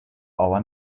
our